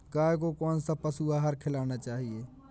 गाय को कौन सा पशु आहार खिलाना चाहिए?